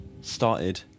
started